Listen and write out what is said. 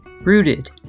Rooted